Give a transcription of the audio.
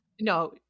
no